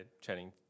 chatting